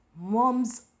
mom's